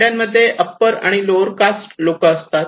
खेड्यांमध्ये अप्पर आणि lower caste लोक असतात